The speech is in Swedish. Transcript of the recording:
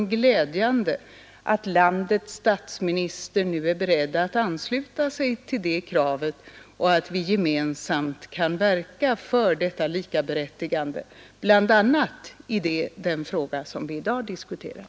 d glädjande att landets statsminister nu är beredd att ansluta sig till det KRESNEE FIN ee kravet och att vi gemensamt kan verka för detta likaberättigande, bl.a. i offentliga utredden fråga som vi i dag diskuterar.